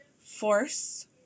force